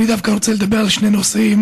אני דווקא רוצה לדבר על שני נושאים.